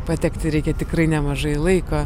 patekti reikia tikrai nemažai laiko